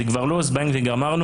זה כבר לא זבנג וגמרנו,